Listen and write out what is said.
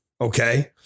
Okay